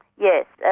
yes,